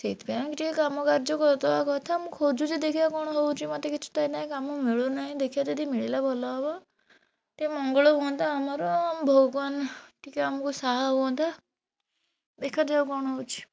ସେଇଥିପାଇଁ ଆମେ କିଛି କାମକାର୍ଯ୍ୟ କରିଦେବା କଥା ମୁଁ ଖୋଜୁଛି ଦେଖିବା କ'ଣ ହଉଛି ମୋତେ କିଛି ତ ଏଇନା କାମ ମିଳୁନାହିଁ ଦେଖିବା ଯଦି ମିଳିଲା ଭଲ ହେବ ଟିକିଏ ମଙ୍ଗଳ ହୁଅନ୍ତା ଆମର ଆମ ଭଗବାନ ଟିକିଏ ଆମକୁ ସାହା ହୁଅନ୍ତେ ଦେଖାଯାଉ କ'ଣ ହଉଛି